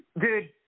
Dude